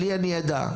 לי אין ידע.